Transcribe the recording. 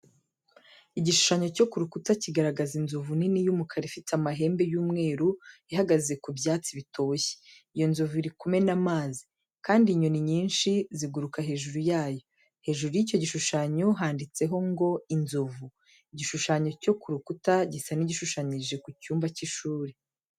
Igishushanyo cyo ku rukuta kigaragaza inzovu nini y'umukara ifite amahembe y'umweru ihagaze ku byatsi bitoshye. Iyo nzovu iri kumena amazi, kandi inyoni nyinshi ziguruka hejuru yayo. Hejuru y'icyo gishushanyo, handitseho ngo:"INZOVU." Igishushanyo cyo ku rukuta gisa nk'igishushanyije ku cyumba cy'ishuri.